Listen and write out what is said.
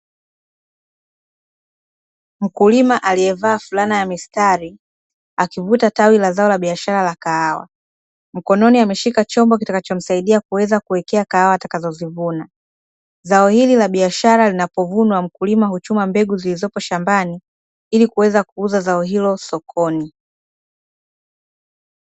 Mkulima aliyevaa fulana ya mistari akivuta tawi la zao la biashara la kahawa, mkononi ameshika chombo kitakachomsaidia kuweza kuwekea kahawa atakazozivuna, zao hili la biashara linapovunwa mkulima huchuma mbegu zilizopo shambani, ili kuweza kuuza zao hilo sokoni.